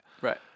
Right